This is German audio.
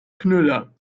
knüller